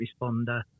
responder